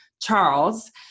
Charles